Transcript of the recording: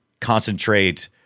concentrate